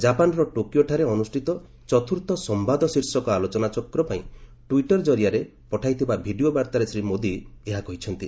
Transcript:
ଜାପାନ୍ର ଟୋକିଓଠାରେ ଅନୁଷ୍ଠିତ ଚତୁର୍ଥ ସମ୍ଭାଦ ଶୀର୍ଷକ ଆଲୋଚନାଚକ୍ର ପାଇଁ ଟ୍ୱିଟର ଜରିଆରେ ପଠାଇଥିବା ଭିଡ଼ିଓ ବାର୍ତ୍ତାରେ ଶ୍ରୀ ମୋଦି ଏହା କହିଛନ୍ତି